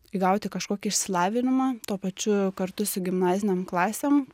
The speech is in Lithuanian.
įgauti kažkokį išsilavinimą tuo pačiu kartu su gimnazinėm klasėm